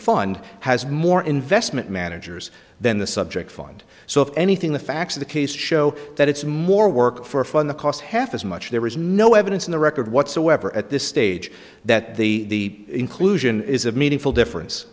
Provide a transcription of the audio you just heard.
fund has more investment managers than the subject fund so if anything the facts of the case show that it's more work for fun the cost half as much there is no evidence in the record whatsoever at this stage that the inclusion is a meaningful difference